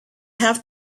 have